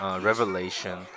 revelation